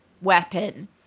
weapon